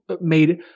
made